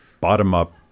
bottom-up